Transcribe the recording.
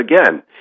again